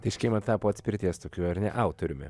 tai škėma tapo atspirties tokiu ar ne autoriumi